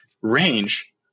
range